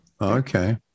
Okay